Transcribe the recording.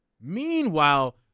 meanwhile